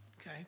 Okay